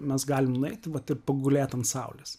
mes galim nueiti vat ir pagulėt ant saulės